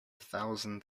thousand